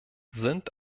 sind